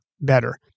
better